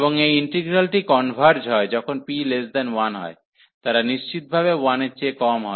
এবং এই ইন্টিগ্রালটি কনভার্জ হয় যখন p1 হয় তারা নিশ্চিতভাবে 1 এর চেয়ে কম হয়